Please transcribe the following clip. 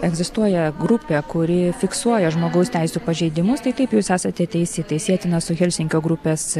egzistuoja grupė kuri fiksuoja žmogaus teisių pažeidimus tai taip jūs esate teisi tai sietina su helsinkio grupės